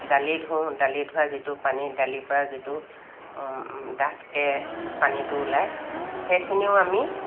দালি ধোওঁ দালি ধোৱা যিটো পানী দালিৰ পৰা যিটো ডাঠকৈ পানীটো ওলায় সেইখিনিও আমি